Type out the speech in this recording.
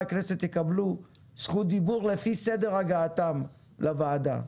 הכנסת יקבלו זכות דיבור לפי סדר הגעתם לוועדה.